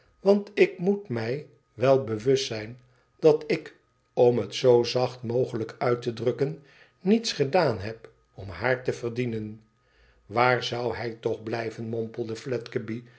want ik moet mij wel bewust zijn dat ik om het zoo zacht mogelijk uit te drukken niets gedaan hel om haar te verdienen waar zou hij toch blijven mompelde